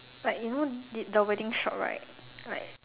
like you know the the wedding shop right like